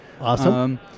Awesome